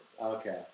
Okay